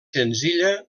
senzilla